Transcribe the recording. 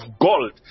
gold